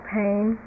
pain